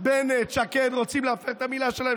בנט ושקד רוצים להפר את המילה שלהם,